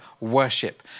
worship